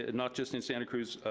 and not just in santa cruz,